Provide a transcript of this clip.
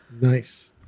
Nice